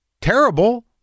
Terrible